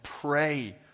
pray